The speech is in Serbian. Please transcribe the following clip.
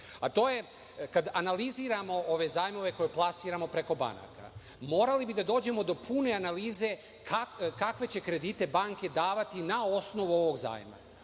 To je, kad analiziramo ove zajmove koje plasiramo preko banaka, morali bi da dođemo do pune analize kakve će kredite banke davati na osnovu ovog zajma